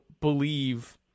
believe